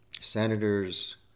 senators